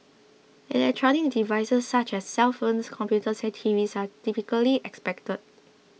electronic devices such as cellphones computers and TVs are typically expected